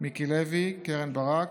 מיקי לוי, קרן ברק,